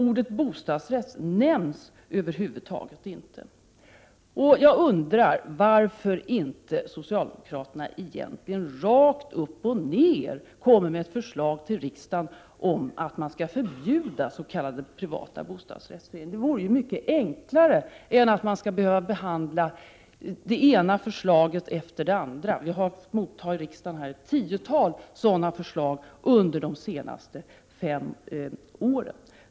Ordet bostadsrätt nämns över huvud taget inte. Jag undrar varför socialdemokraterna inte kommer med ett förslag till riksdagen om att rakt upp och ned förbjuda s.k. privata bostadsrättsföreningar. Detta vore ju mycket enklare än att man skall behöva behandla det ena förslaget efter det andra. Riksdagen har fått ta emot ett tiotal sådana förslag under de senaste fem åren.